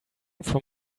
from